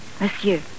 Monsieur